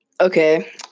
Okay